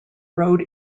road